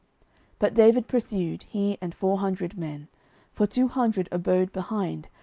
but david pursued, he and four hundred men for two hundred abode behind,